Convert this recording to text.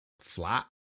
flat